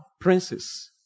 princes